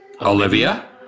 Olivia